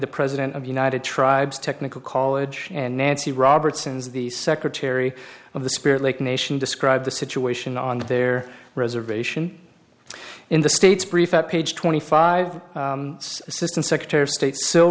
the president of united tribes technical college and nancy robertson's the secretary of the spirit lake nation described the situation on their reservation in the states brief at page twenty five assistant secretary of state s